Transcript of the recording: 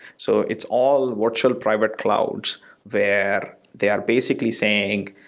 so it's all virtual private clouds where they are basically saying,